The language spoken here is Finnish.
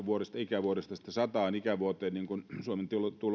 ikävuodesta sitten sataan ikävuoteen niin kuin suomen tulotilastot